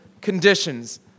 conditions